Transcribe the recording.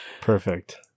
Perfect